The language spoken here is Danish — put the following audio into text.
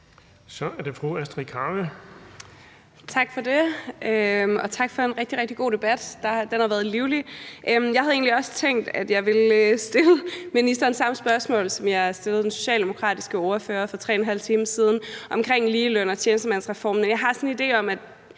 Kl. 18:04 Astrid Carøe (SF): Tak for det, og tak for en rigtig, rigtig god debat. Den har været livlig. Jeg havde egentlig også tænkt, at jeg ville stille ministeren det samme spørgsmål, som jeg stillede den socialdemokratiske ordfører for 3½ time siden, om ligeløn og tjenestemandsreformen. Jeg har sådan en idé om,